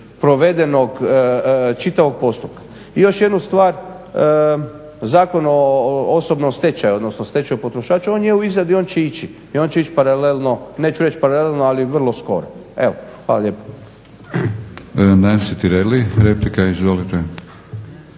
provedenog čitavog postupka. I još jednu stvar, Zakon o osobnom stečaju odnosno stečaju potrošača on je u izradi, on će ići i on će ići paralelno, neću reći paralelno ali vrlo skoro. Hvala lijepo.